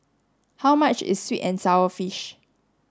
how much is sweet and sour fish